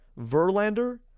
Verlander